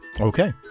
Okay